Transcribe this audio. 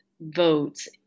votes